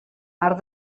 arc